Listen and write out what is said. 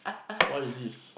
what is this